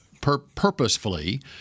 purposefully